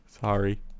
Sorry